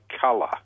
colour